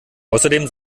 außerdem